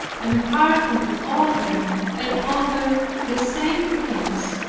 and harping over and over the same things,